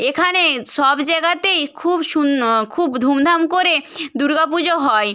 এখানে সব জায়গাতেই খুব খুব ধুমধাম করে দুর্গা পুজো হয়